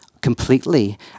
completely